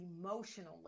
emotionally